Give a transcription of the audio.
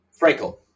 Frankel